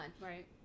Right